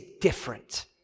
different